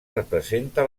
representa